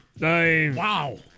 Wow